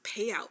payout